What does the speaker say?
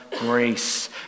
grace